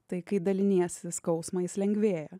tai kai daliniesi skausmą jis lengvėja